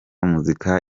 muzika